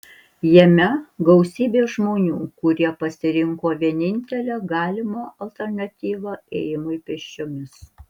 jame gausybė žmonių kurie pasirinko vienintelę galimą alternatyvą ėjimui pėsčiomis